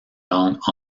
langue